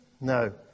No